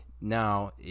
now